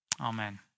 Amen